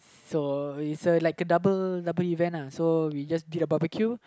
so is like a double double event lah so we just did a barbecue